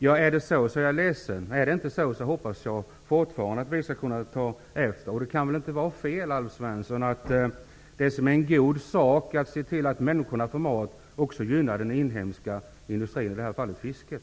Om det är fallet är jag ledsen, och om det inte är fallet hoppas jag fortfarande att vi skall kunna ta efter. Det kan väl inte vara fel, Alf Svensson, att det som är en god sak, dvs. att vi ser till att människor får mat, också gynnar den inhemska industrin, i det här fallet fisket?